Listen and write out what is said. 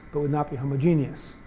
but would not be homogeneous.